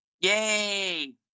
Yay